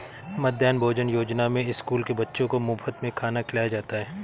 मध्याह्न भोजन योजना में स्कूल के बच्चों को मुफत में खाना खिलाया जाता है